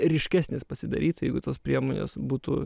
ryškesnis pasidarytų jeigu tos priemonės būtų